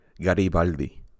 Garibaldi